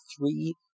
three